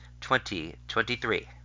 2023